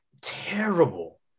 terrible